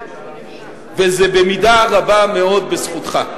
וזה במידה רבה מאוד בזכותך,